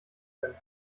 können